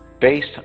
Based